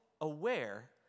aware